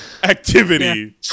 activity